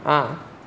ah